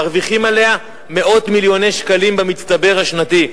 מרוויחים עליה מאות מיליוני שקלים במצטבר השנתי,